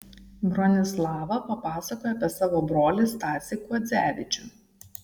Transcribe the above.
bronislava papasakojo apie savo brolį stasį kuodzevičių